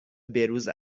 بهروز